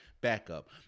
backup